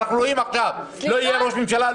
ואנחנו רואים עכשיו לא יהיה ראש ממשלה,